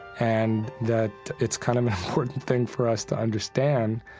and that it's kind of an important thing for us to understand,